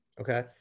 Okay